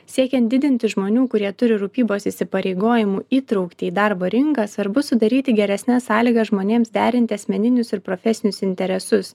siekiant didinti žmonių kurie turi rūpybos įsipareigojimų įtrauktį į darbo rinką svarbu sudaryti geresnes sąlygas žmonėms derinti asmeninius ir profesinius interesus